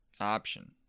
Option